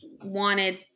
wanted